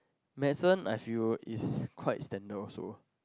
medicine I feel is quite standard also